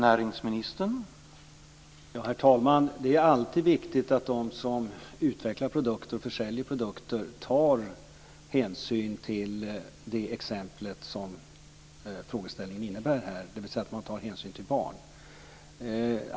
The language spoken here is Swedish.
Herr talman! Det är alltid viktigt att de som utvecklar och försäljer produkter tar hänsyn till det exempel som togs upp i frågeställningen, dvs. barn.